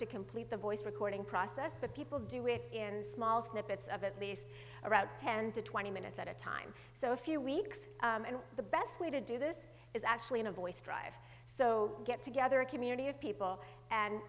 to complete the voice recording process but people do it in small snippets of at least about ten to twenty minutes at a time so a few weeks and the best way to do this is actually in a voice drive so get together a community of people and